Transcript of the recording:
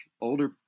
older